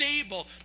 stable